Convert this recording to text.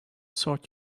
sort